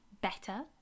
better